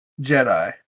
jedi